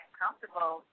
comfortable